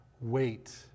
wait